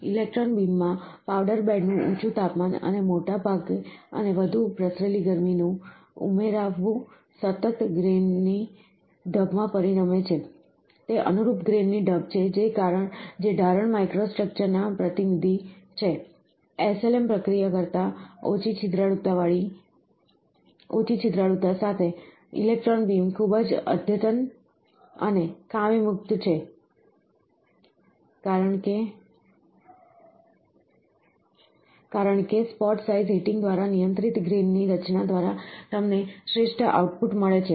electron બીમમાં powder બેડનું ઊંચું તાપમાન અને મોટા અને વધુ પ્રસરેલી ગરમીનું ઉમેરાવવું સતત ગ્રેઈન ની ઢબમાં પરિણમે છે તે અનુરૂપ ગ્રેઈન ની ઢબ છે જે ઢારણ માઇક્રોસ્ટ્રક્ચરના પ્રતિનિધિ છે SLM પ્રક્રિયા કરતા ઓછી છિદ્રાળુતા સાથે ઇલેક્ટ્રોન બીમ ખૂબ અદ્યતન અને ખામી મુક્ત છે કારણ કે સ્પોટ સાઇઝ હીટિંગ દ્વારા નિયંત્રિત ગ્રેઈન ની રચના દ્વારા તમને શ્રેષ્ઠ આઉટપુટ મળે છે